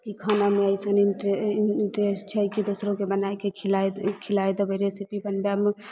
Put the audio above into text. कि खानामे अइसन इंट्रे इंटरेस्ट छै कि दोसरोके बनायके खिलाय खिलाय देबय रेसिपी बनबयमे